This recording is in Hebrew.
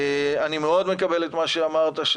אני מאוד מקבל את מה שאמרת,